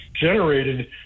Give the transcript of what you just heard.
generated